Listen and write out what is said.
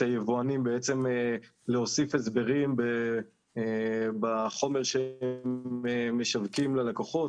היבואנים בעצם להוסיף הסברים בחומר שהם משווקים ללקוחות